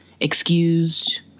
excused